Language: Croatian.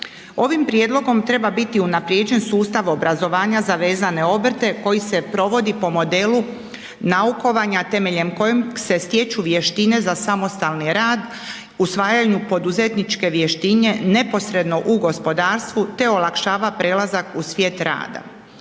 Ovim prijedlogom treba biti unaprijeđen sustav obrazovanja za vezane obrte koji se provodi po modelu naukovanja temeljem kojeg se stječu vještine za samostalni rad, usvajanju poduzetničke vještine neposredno u gospodarstvu te olakšava prelazak u svijet rada.